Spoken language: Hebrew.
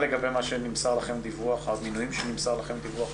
יעסיקו נשים,